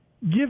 Give